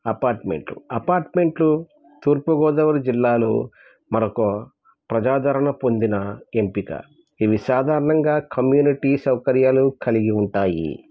apartment లు అపార్ట్మెంట్లు తూర్పుగోదావరి జిల్లాలో మనకు ప్రజాధరణ పొందిన ఎంపిక ఇవి సాధారణంగా కమ్యూనిటీ సౌకర్యాలు కలిగి ఉంటాయి